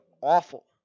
awful